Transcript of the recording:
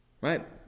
Right